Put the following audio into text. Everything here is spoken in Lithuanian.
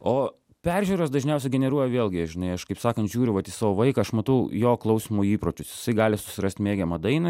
o peržiūros dažniausiai generuoja vėlgi žinai aš kaip sakant žiūriu vat į savo vaiką aš matau jo klausymo įpročius jisai gali susirast mėgiamą dainą